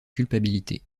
culpabilité